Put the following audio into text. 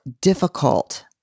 difficult